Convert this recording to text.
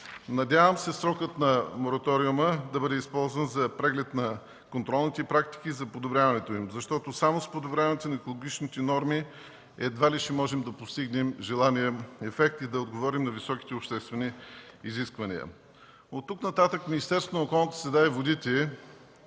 Надявам се срокът на мораториума да бъде използван за преглед на контролните практики за подобряването им, защото само с подобряването на екологичните норми едва ли ще можем да постигнем желания ефект и да отговорим на високите обществени изисквания. От тук нататък Министерството на околната среда и водите